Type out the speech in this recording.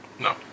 No